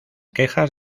quejas